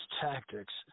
tactics